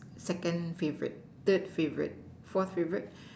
second favourite third favourite fourth favourite